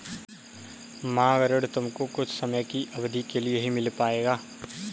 मांग ऋण तुमको कुछ समय की अवधी के लिए ही मिल पाएगा